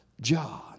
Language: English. John